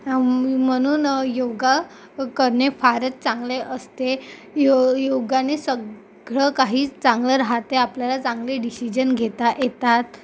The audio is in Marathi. म्हणून योगा करणे फारच चांगले असते यो योगाने सगळं काही चांगलं राहते आपल्याला चांगले डिशिजन घेता येतात